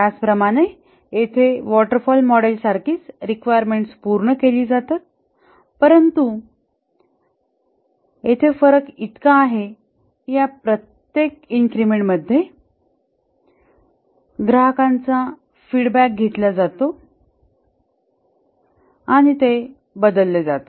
त्याचप्रमाणे येथे waterfall model सारखीच रिक्वायरमेंट्स पूर्ण केली जाते परंतु फरक इतका आहे की या प्रत्येक इन्क्रिमेंट मध्ये ग्राहकांचा फीडबॅक घेतला जातो आणि ते बदलतात